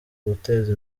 guteza